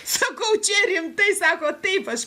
sakau čia rimtai sako taip aš